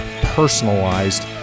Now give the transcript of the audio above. personalized